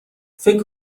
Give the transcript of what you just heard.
فکر